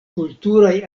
kulturaj